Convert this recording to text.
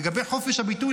לגבי חופש הביטוי,